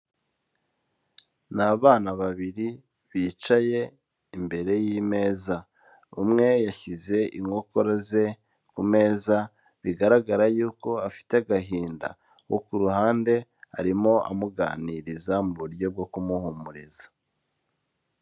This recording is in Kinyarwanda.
Ni abana babiri bicaye imbere y'imeza. Umwe yashyize inkokora ze ku meza, bigaragara yuko afite agahinda. Uwo ku ruhande arimo amuganiriza mu buryo bwo kumuhumuriza.